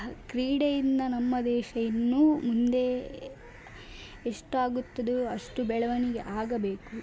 ಕ್ರೀಡೆಯಿಂದ ನಮ್ಮ ದೇಶ ಇನ್ನೂ ಮುಂದೆ ಎಷ್ಟಾಗುತ್ತದೆಯೋ ಅಷ್ಟು ಬೆಳವಣಿಗೆ ಆಗಬೇಕು